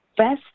best